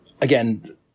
again